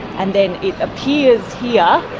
and then it appears here,